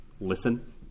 listen